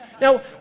Now